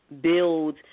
build